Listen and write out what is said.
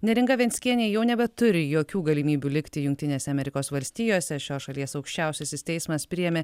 neringa venckienė jau nebeturi jokių galimybių likti jungtinėse amerikos valstijose šios šalies aukščiausiasis teismas priėmė